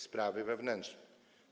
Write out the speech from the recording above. Sprawy wewnętrzne.